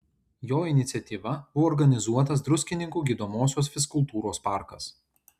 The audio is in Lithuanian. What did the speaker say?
jo iniciatyva buvo organizuotas druskininkų gydomosios fizkultūros parkas